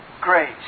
grace